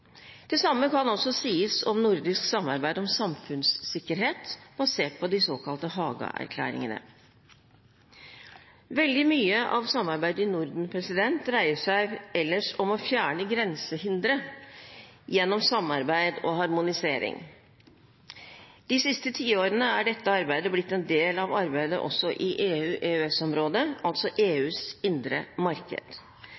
Det samme kan også sies om nordisk samarbeid om samfunnssikkerhet basert på de såkalte Haga-erklæringene. Veldig mye av samarbeidet i Norden dreier seg ellers om å fjerne grensehindre gjennom samarbeid og harmonisering. De siste tiårene er dette arbeidet blitt en del av arbeidet også i EU/EØS-området, altså